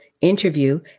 interview